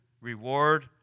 reward